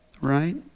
right